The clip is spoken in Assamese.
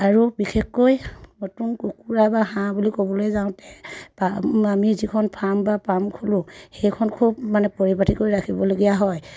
আৰু বিশেষকৈ নতুন কুকুৰা বা হাঁহ বুলি ক'বলৈ যাওঁতে আমি যিখন ফাৰ্ম বা পাম খোলোঁ সেইখন খুব মানে পৰিপাটিকৈ ৰাখিবলগীয়া হয়